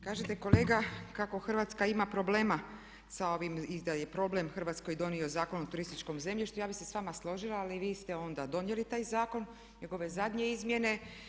Kažete kolega kako Hrvatska ima problema sa ovim i da je problem Hrvatskoj donio Zakon o turističkom zemljištu, ja bih se s vama složila ali vi ste onda donijeli taj zakon, njegove zadnje izmjene.